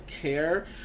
care